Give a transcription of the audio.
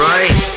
Right